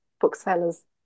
booksellers